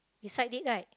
beside it right